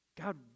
God